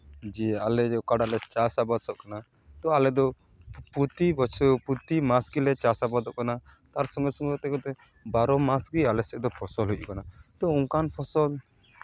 ᱡᱮ ᱟᱞᱮ ᱡᱮ ᱚᱠᱟᱴᱟᱜ ᱞᱮ ᱪᱟᱥ ᱟᱵᱟᱫᱚᱜ ᱠᱟᱱᱟ ᱛᱳ ᱟᱞᱮᱫᱚ ᱯᱨᱚᱛᱤ ᱵᱚᱪᱷᱚᱨ ᱯᱨᱚᱛᱤ ᱢᱟᱥ ᱜᱮᱞᱮ ᱪᱟᱥ ᱟᱵᱟᱫᱚᱜ ᱠᱟᱱᱟ ᱛᱟᱨ ᱥᱚᱸᱜᱮ ᱥᱚᱸᱜᱮ ᱛᱮ ᱵᱟᱨᱚ ᱢᱟᱥ ᱜᱮ ᱟᱞᱮ ᱥᱮᱫ ᱫᱚ ᱯᱷᱚᱥᱚᱞ ᱦᱩᱭᱩᱜ ᱠᱟᱱᱟ ᱛᱳ ᱚᱱᱠᱟᱱ ᱯᱷᱚᱥᱚᱞ